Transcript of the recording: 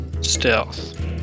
stealth